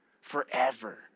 Forever